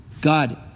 God